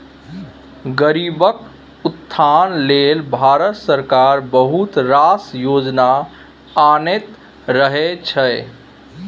गरीबक उत्थान लेल भारत सरकार बहुत रास योजना आनैत रहय छै